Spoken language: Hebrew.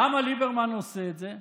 למה ליברמן עושה את זה?